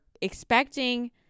expecting